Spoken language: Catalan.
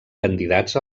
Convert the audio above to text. candidats